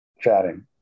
chatting